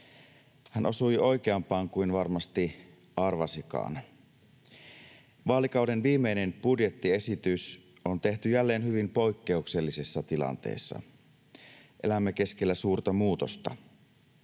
Hän osui oikeampaan kuin varmasti arvasikaan. Vaalikauden viimeinen budjettiesitys on tehty jälleen hyvin poikkeuksellisessa tilanteessa. Elämme keskellä suurta muutosta.